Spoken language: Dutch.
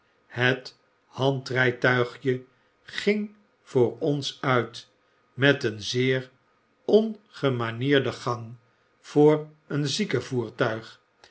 het hand rijtuigje ging voor ons uit met een zeer ongemanierden gang voor een